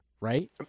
Right